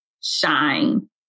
shine